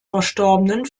verstorbenen